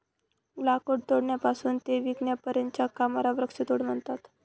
लाकूड तोडण्यापासून ते विकण्यापर्यंतच्या कामाला वृक्षतोड म्हणतात